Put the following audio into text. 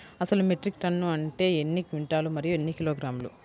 అసలు metric tonne అంటే ఎన్ని క్వింటాలు మరియు ఎన్ని కిలోగ్రాములు?